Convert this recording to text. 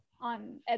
on